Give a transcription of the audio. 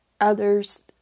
others